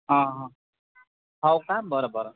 हा हा हो का बरं बरं